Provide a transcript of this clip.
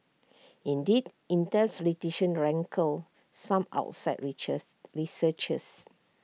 indeed Intel's rankled some outside researchers